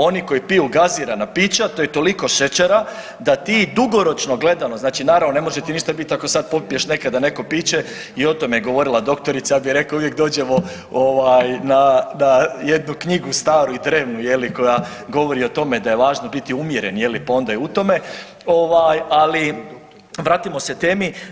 Oni koji piju gazirana pića to je toliko šećera da ti dugoročno gledano znači naravno ne možete ništa bit ako sad popiješ nekada neko piće i o tome je govorila doktorica, ja bih rekao uvijek dođemo na jednu knjigu staru i drevnu je li koja govori o tome da je važno biti umjeren ja li pa onda je u tome, ali vratimo se temi.